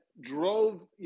drove